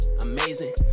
amazing